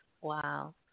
Wow